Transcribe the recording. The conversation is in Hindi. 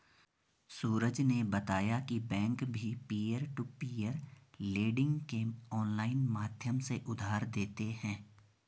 सूरज ने बताया की बैंक भी पियर टू पियर लेडिंग के ऑनलाइन माध्यम से उधार देते हैं